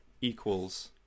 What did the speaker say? equals